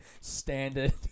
standard